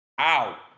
Ow